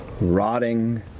rotting